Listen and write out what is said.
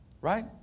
right